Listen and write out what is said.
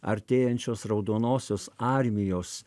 artėjančios raudonosios armijos